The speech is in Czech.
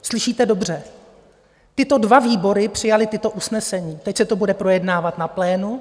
Slyšíte dobře, tyto dva výbory přijaly tato usnesení, teď se to bude projednávat na plénu.